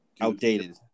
outdated